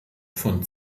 von